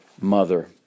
mother